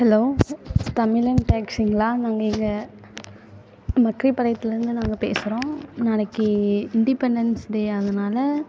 hollow Tamilan டாக்ஸிகளாக நாங்கள் இங்கே மக்ரிப்பாளையத்ததுலேருந்து நாங்கள் பேசுகிறோம் நாளைக்கு இண்டிப்பென்டென்ஸ் டே அதனால்